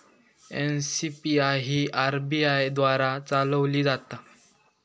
NCPI ही RBI द्वारा चालवली जाता